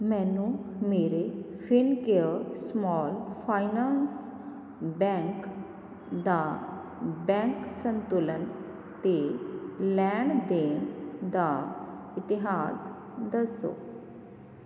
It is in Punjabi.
ਮੈਨੂੰ ਮੇਰੇ ਫਿਨਕੇਅਰ ਸਮੋਲ ਫਾਈਨਾਂਸ ਬੈਂਕ ਦਾ ਬੈਂਕ ਸੰਤੁਲਨ ਤੇ ਲੈਣ ਦੇਣ ਦਾ ਇਤਿਹਾਸ ਦੱਸੋ